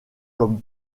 comme